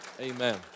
Amen